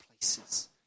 places